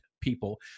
people